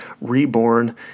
reborn